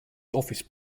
office